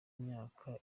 myaka